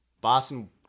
Boston